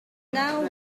now